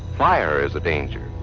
fire is a danger,